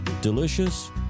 delicious